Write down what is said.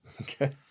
okay